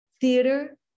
theater